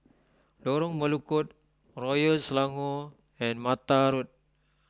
Lorong Melukut Royal Selangor and Mata Road